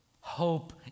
Hope